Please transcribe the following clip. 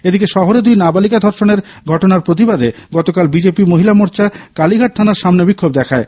এদিকে শহরে দুই নাবালিকা ধর্ষনের ঘটনার প্রতিবাদে গতকাল বিজেপি মহিলা মোর্চা কালীঘাট থানার সামনে বিক্ষোভ দেখায়